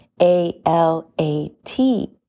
ALAT